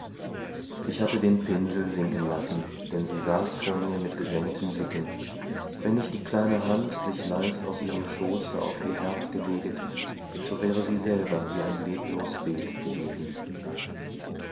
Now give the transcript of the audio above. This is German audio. ich hatte den pinsel sinken lassen denn sie saß vor mir mit gesenkten blicken wenn nicht die kleine hand sich leis aus ihrem schoße auf ihr herz geleget so wäre sie selber wie ein leblos bild gewesen